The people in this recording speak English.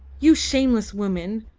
you shameless woman!